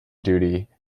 duty